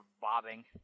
bobbing